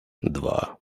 два